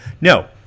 No